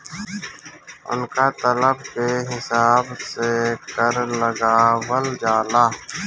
उनका तलब के हिसाब से कर लगावल जाला